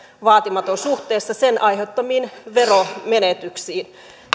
vaatimaton suhteessa sen aiheuttamiin veromenetyksiin